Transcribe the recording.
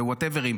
ול-whatever,